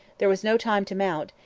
there was no time to mount,